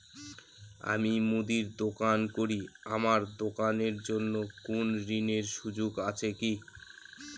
আমি মুদির দোকান করি আমার দোকানের জন্য কোন ঋণের সুযোগ আছে কি?